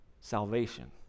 salvation